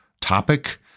topic